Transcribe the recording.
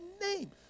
name